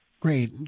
Great